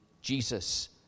Jesus